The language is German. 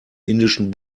indischen